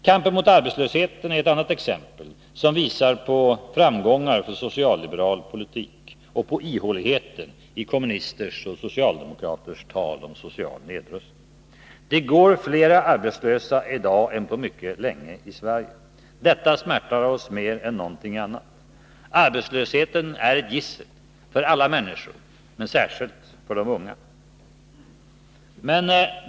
Kampen mot arbetslösheten är ett annat exempel som visar på framgångar för socialliberal politik och på ihåligheten i kommunisternas och socialdemokraternas tal om social nedrustning. Det går fler arbetslösa i dag än på mycket länge. Detta smärtar oss mer än någonting annat. Arbetslösheten är ett gissel för alla människor, men särskilt för de unga.